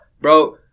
bro